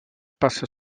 passa